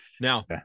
now